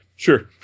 Sure